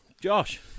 Josh